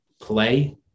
play